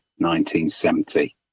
1970